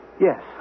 yes